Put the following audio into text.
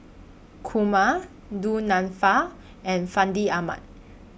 Kumar Du Nanfa and Fandi Ahmad